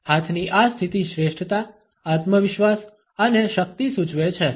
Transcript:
હાથની આ સ્થિતિ શ્રેષ્ઠતા આત્મવિશ્વાસ અને શક્તિ સૂચવે છે